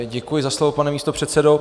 Děkuji za slovo, pane místopředsedo.